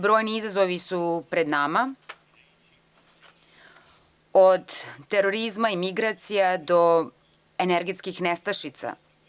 Brojni izazovi su pred nama od terorizma i migracija do energetskih nestašica.